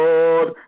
Lord